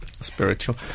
spiritual